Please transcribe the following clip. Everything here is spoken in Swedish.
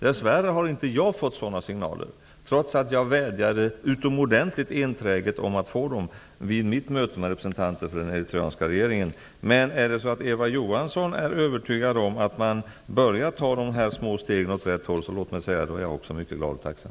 Dess värre har jag inte fått sådana signaler, trots att jag vädjade utomordentligt enträget om att få dem vid mitt möte med representanten för den eritreanska regeringen. Men om Eva Johansson är övertygad om att man har börjat att ta små steg åt rätt håll, då är också jag mycket glad och tacksam.